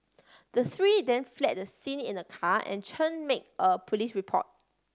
the three then fled the scene in a car and Chen made a police report